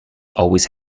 always